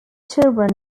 children